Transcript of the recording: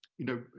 you know,